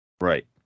Right